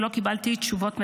ולא קיבלתי תשובות מספקות,